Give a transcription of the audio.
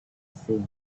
asing